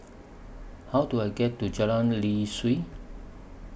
How Do I get to Jalan Lye Kwee